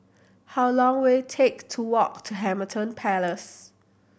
how long will it take to walk to Hamilton Palace